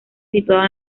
situado